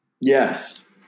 Yes